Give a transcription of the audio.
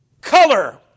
Color